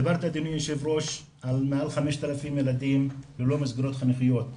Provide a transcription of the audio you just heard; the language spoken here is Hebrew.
דיברת אדוני היושב ראש על מעל 5,000 ילדים ללא מסגרות חינוכיות.